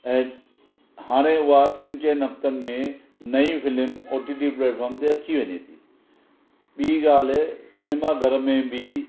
ऐं हाणे उहा टिनि चइनि हफ्तनि में नई film O T T platform ते अची वञे थी ॿी ॻाल्हि सिनेमा घर में बि